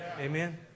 Amen